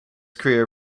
career